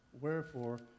wherefore